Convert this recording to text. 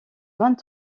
vingt